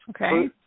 Okay